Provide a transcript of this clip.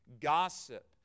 gossip